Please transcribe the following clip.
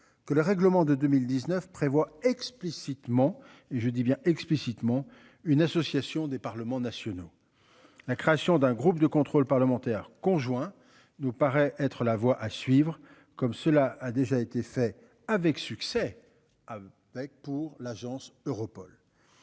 que le règlement de 2019 prévoit explicitement et je dis bien explicitement une association des Parlements nationaux. La création d'un groupe de contrôle parlementaire conjoint nous paraît être la voie à suivre, comme cela a déjà été fait avec succès à avec pour l'agence Europol.